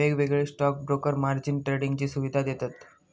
वेगवेगळे stock broker margin ट्रेडिंगची सुवीधा देतत